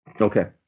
Okay